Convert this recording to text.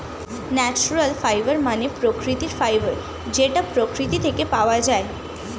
natural fibre মানে প্রাকৃতিক fibre যেটা প্রকৃতি থেকে পাওয়া যায়